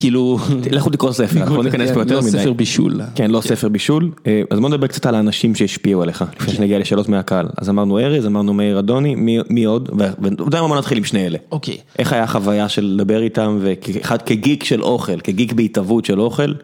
כאילו לכל ספר בישול כן לא ספר בישול אז נדבר קצת על האנשים שהשפיעו עליך לפני שנגיע לשאלות מהקהל אז אמרנו ארז אמרנו מאיר אדוני מי מי עוד? יודע מה? בוא נתחיל עם שני אלה אוקיי איך היה חוויה של לדבר איתם? ואחד כגיג של אוכל כגיג בהתאבות של אוכל.